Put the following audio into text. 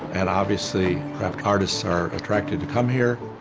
and obviously artists are attracted to come here.